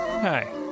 Hi